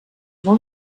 molt